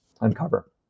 uncover